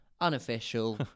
unofficial